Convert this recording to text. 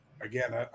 again